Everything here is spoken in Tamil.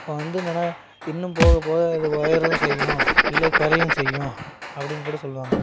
இப்போ வந்து என்னன்னா இன்னும் போக போக அது ஒயரவும் செய்யும் இல்லை குறயவும் செய்யும் அப்படின்னு கூட சொல்வாங்க